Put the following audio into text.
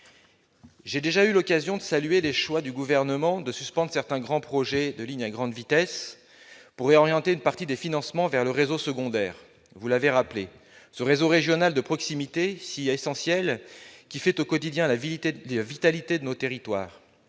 J'ai déjà eu l'occasion de saluer les choix du Gouvernement de suspendre certains grands projets de lignes à grande vitesse pour réorienter une partie des financements vers le réseau secondaire, comme vous l'avez rappelé, ce réseau régional de proximité si essentiel qui fait au quotidien la vitalité de nos territoires.